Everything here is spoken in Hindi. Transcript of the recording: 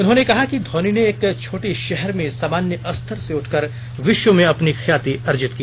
उन्होंने कहा कि धोनी ने एक छोटे शहर में सामान्य स्तर से उठकर विश्व में अपनी ख्याति अर्जित की